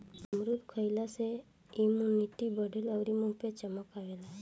अमरूद खइला से इमुनिटी बढ़ेला अउरी मुंहे पे चमक आवेला